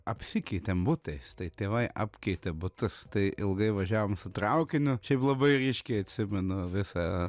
apsikeitėm butais tai tėvai apkeitė butus tai ilgai važiavom su traukiniu šiaip labai ryškiai atsimenu visą